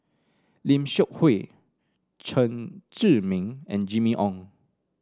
Lim Seok Hui Chen Zhiming and Jimmy Ong